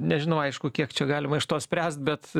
nežinau aišku kiek čia galima iš to spręsti bet